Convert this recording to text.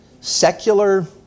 secular